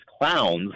clowns